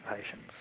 patients